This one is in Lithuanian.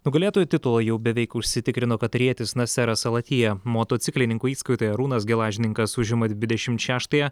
nugalėtojo titulą jau beveik užsitikrino katarietis naseras al atija motociklininkų įskaitoje arūnas gelažninkas užima dvidešimt šeštąją